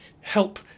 help